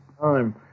time